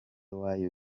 wayo